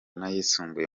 n’ayisumbuye